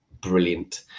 brilliant